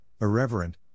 irreverent